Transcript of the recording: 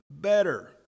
better